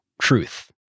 truth